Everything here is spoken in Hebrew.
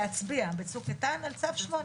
להצביע ב"צוק איתן"